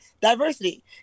diversity